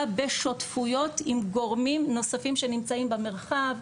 בשותפויות עם גורמים נוספים שנמצאים במרחב,